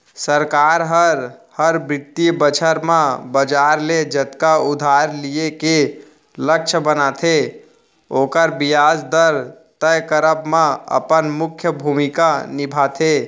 सरकार हर, हर बित्तीय बछर म बजार ले जतका उधार लिये के लक्छ बनाथे ओकर बियाज दर तय करब म अपन मुख्य भूमिका निभाथे